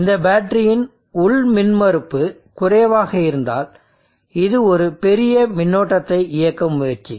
இந்த பேட்டரியின் உள் மின்மறுப்பு குறைவாக இருந்தால் இது ஒரு பெரிய மின்னோட்டத்தை இயக்க முயற்சிக்கும்